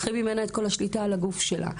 לוקחים ממנה את כל השליטה על הגוף שלה.